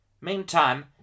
Meantime